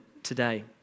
today